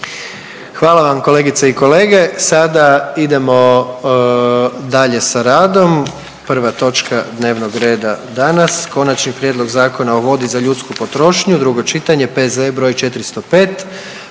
Hvala vam kolegice i kolege, sada idemo dalje sa radom, prva točka dnevnog reda danas: - Konačni prijedlog Zakona o vodi za ljudsku potrošnju, drugo čitanje. P.Z.E. broj 405